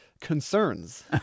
concerns